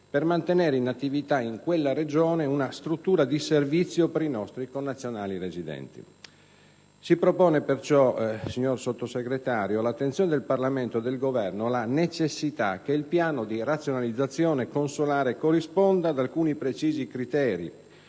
per mantenere in attività in quella regione una struttura di servizio per i nostri connazionali residenti. Si propone perciò, signor Sottosegretario, all'attenzione del Parlamento e del Governo la necessità che il piano di razionalizzazione consolare corrisponda ad alcuni precisi criteri